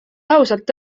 ausalt